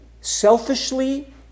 selfishly